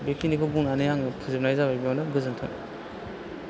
बेखिनिखौ बुंनानै आङो फोजोबानाय जाबाय बेयावनो गोजोन्थों